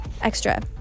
extra